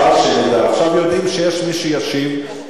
עכשיו יודעים שיש מי שישיב.